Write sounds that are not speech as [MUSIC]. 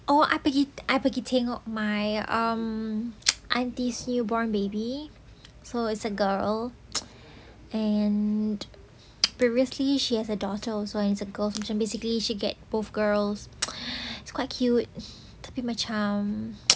orh I pergi I pergi tengok my um [NOISE] aunty's newborn baby so it's a girl [NOISE] and [NOISE] previously she has a daughter also a girl and it's a girl also so basically she get both girls [NOISE] it's quite cute tapi macam [NOISE]